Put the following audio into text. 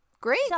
Great